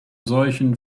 solchen